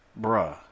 bruh